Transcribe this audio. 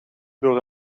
door